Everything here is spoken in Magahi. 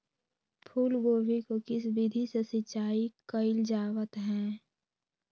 फूलगोभी को किस विधि से सिंचाई कईल जावत हैं?